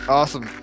awesome